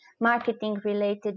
marketing-related